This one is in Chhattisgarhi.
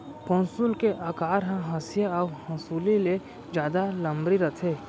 पौंसुल के अकार ह हँसिया अउ हँसुली ले जादा लमरी रथे